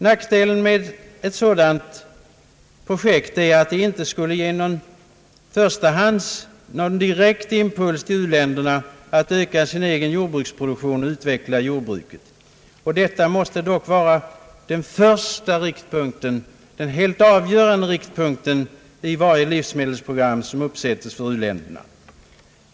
Nackdelen med ett sådant projekt är att det inte skulle ge någon direkt impuls till u-länderna att öka sin egen jordbruksproduktion och utveckla jordbruket; och detta måste dock vara den första, avgörande riktpunkten i varje livsmedelsprogram som uppsättes för u-länderna.